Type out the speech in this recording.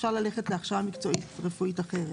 אפשר ללכת להכשרה מקצועית רפואית אחרת.